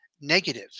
negative